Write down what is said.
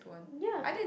ya